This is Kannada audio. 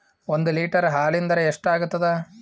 ಒಂದ್ ಲೀಟರ್ ಹಾಲಿನ ದರ ಎಷ್ಟ್ ಆಗತದ?